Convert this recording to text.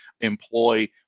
employ